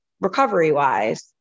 recovery-wise